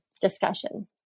discussion